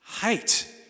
Hate